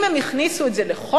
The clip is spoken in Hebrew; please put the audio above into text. אם הם הכניסו את זה בחוק,